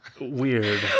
weird